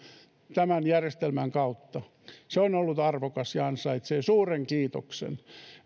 tämän järjestelmän kautta on ollut arvokasta ja ansaitsee suuren kiitoksen